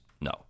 No